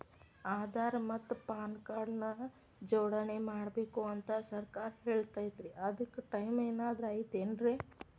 ಆಧಾರ ಮತ್ತ PAN card ನ ಜೋಡಣೆ ಮಾಡ್ಬೇಕು ಅಂತಾ ಸರ್ಕಾರ ಹೇಳೈತ್ರಿ ಅದ್ಕ ಟೈಮ್ ಏನಾರ ಐತೇನ್ರೇ?